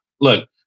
look